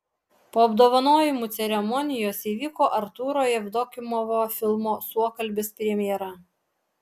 po apdovanojimų ceremonijos įvyko artūro jevdokimovo filmo suokalbis premjera